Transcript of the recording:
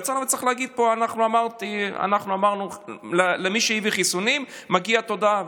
וצריך להגיד פה: אנחנו אמרנו שלמי שהביא חיסונים מגיעה תודה,